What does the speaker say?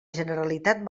generalitat